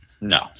No